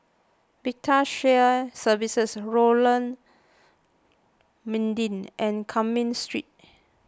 Vital Shared Services Lorong Mydin and Cumming Street